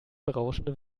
berauschende